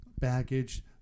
baggage